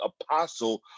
apostle